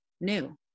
new